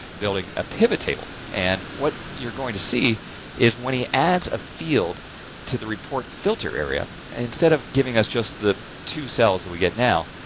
building a pivot table and what you're going to see is when he adds a field to the report filter area. instead of giving us just the two cells that we get. now,